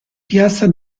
piazza